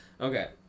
okay